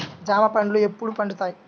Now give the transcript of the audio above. జామ పండ్లు ఎప్పుడు పండుతాయి?